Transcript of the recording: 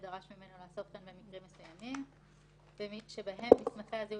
או ידרוש ממנו הצהרה בכתב כי איננו חייב